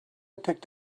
picked